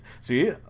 see